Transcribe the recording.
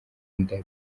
nda